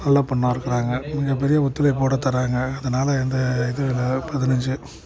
நல்ல பொண்ணாக இருக்கிறாங்க மிகப் பெரிய ஒத்துழைப்போட தர்றாங்க அதனால் எந்த இதுவும் இல்லை பதினைஞ்சு